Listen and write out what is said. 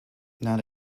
not